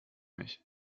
mich